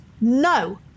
no